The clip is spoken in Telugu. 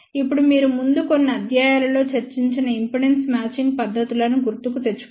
ఇప్పుడు మీరు ముందు కొన్ని అధ్యాయాలలో చర్చించిన ఇంపిడెన్స్ మ్యాచింగ్ పద్ధతులను గుర్తుకు తెచ్చుకోండి